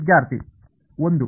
ವಿದ್ಯಾರ್ಥಿ 1